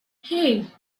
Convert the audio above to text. hey